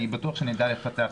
אני בטוח שנדע לפתח את זה.